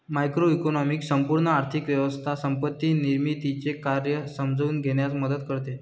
macroeconomics संपूर्ण आर्थिक व्यवस्था संपत्ती निर्मितीचे कार्य समजून घेण्यास मदत करते